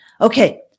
Okay